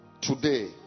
today